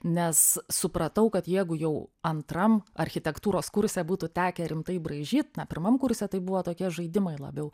nes supratau kad jeigu jau antram architektūros kurse būtų tekę rimtai braižyt na pirmam kurse tai buvo tokie žaidimai labiau